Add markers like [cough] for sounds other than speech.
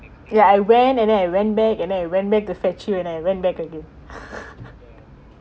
ya I went and then I went back and then I went back to fetch you and then I went back again [laughs]